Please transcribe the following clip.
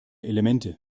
elemente